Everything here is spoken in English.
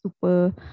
super